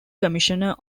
commissioner